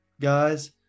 guys